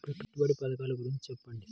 పెట్టుబడి పథకాల గురించి చెప్పండి?